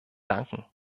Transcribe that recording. danken